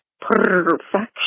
perfection